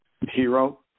Hero